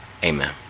Amen